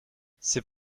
c’est